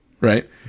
Right